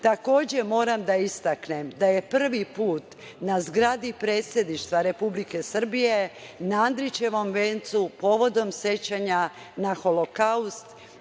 Vučić. Takođe, moram da istaknem da se prvi put na zgradi Predsedništva Republike Srbije na Andrićevom vencu povodom sećanja na Holokaust